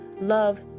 love